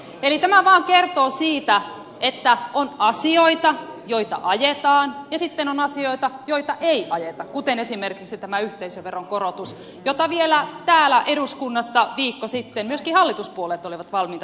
eli tämä vaan kertoo siitä että on asioita joita ajetaan ja sitten on asioita joita ei ajeta kuten esimerkiksi tämä yhteisöveron korotus jota vielä täällä eduskunnassa viikko sitten myöskin hallituspuolueet olivat valmiita tukemaan